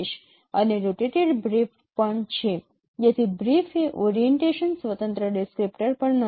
અને rotated BRIEF પણ છે તેથી BRIEF એ ઓરિએન્ટેશન સ્વતંત્ર ડિસ્ક્રિપ્ટર પણ નથી